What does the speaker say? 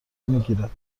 میگیرد